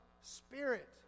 Spirit